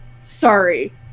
sorry